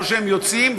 או שהם יוצאים,